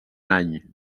any